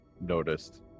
noticed